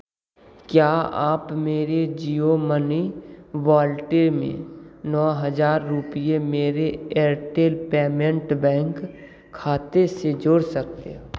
क्या आप मेरे जियो मनी वॉलेट में नौ हज़ार रुपये मेरे एयरटेल पेमेंट्स बैंक खाते से जोड़ सकते हैं